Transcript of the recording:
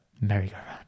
Merry-go-round